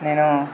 నేను